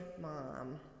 mom